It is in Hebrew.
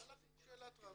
הלכנו לשאלת רב.